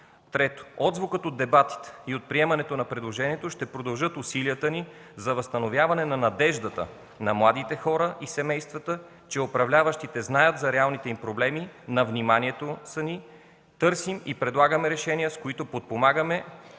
Трето, отзвукът от дебатите и от приемането на предложението ще продължи усилията ни за възстановяване на надеждата на младите хора и семействата, че управляващите знаят за реалните им проблеми, че те са на вниманието ни, че търсим и предлагаме решения, с които подпомагаме